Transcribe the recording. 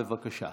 בבקשה.